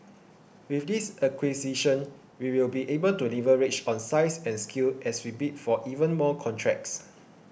with this acquisition we will be able to leverage on size and scale as we bid for even more contracts